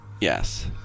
Yes